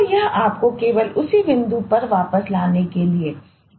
तो यह आपको केवल उसी बिंदु पर वापस लाने के लिए है